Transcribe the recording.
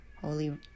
holy